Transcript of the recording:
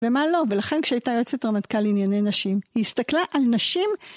ומה לא, ולכן כשהייתה יועצת רמטכ"ל לענייני נשים, היא הסתכלה על נשים.